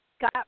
got